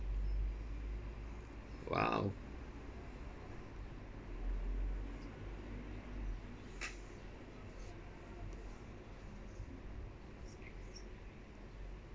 !wow!